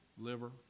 liver